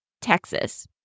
Texas